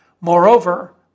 Moreover